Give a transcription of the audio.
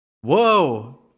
Whoa